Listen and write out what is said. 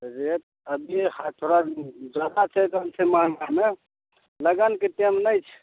rate अभी हँ थोड़ा जादा छै तहन छै महँगा ने लगनके टाइम नहि छै